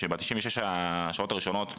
ב-96 השעות הראשונות,